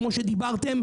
כמו שדיברתם,